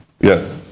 Yes